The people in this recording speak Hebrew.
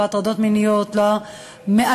לא הטרדות מיניות ולא אלימות.